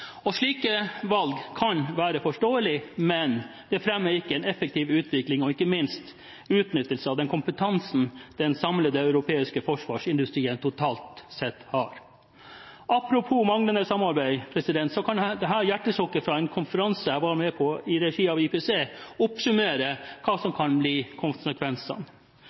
Slike valg kan være forståelige, men det fremmer ikke en effektiv utvikling, og ikke minst utnyttelse, av den kompetansen den samlede europeiske forsvarsindustrien totalt sett har. Apropos manglende samarbeid kan dette hjertesukket fra en konferanse jeg var med på i regi av IPC, oppsummere hva som kan bli konsekvensene: